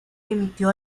emitió